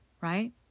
right